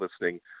listening